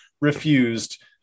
refused